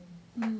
uh